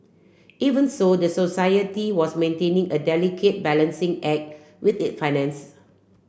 even so the society was maintaining a delicate balancing act with it finances